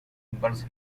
embalse